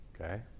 okay